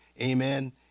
amen